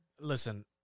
Listen